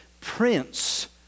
Prince